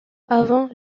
avant